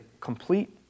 complete